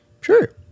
Sure